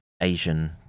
Asian